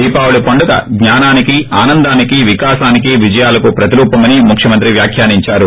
దీపావళి పండుగ జ్ఞానానికి ఆనందానికి వికాసానికి విజయాలకు ప్రతిరూపమని ముఖ్యమంత్రి వ్యాఖ్యానించారు